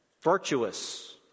virtuous